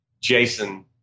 Jason